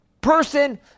person